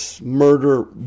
murder